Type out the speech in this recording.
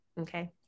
okay